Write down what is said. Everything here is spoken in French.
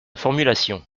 formulation